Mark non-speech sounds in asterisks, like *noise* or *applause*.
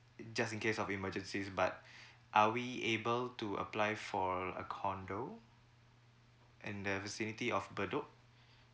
just in case of emergency but *breath* are we able to apply for a condo in the vicinity of bedok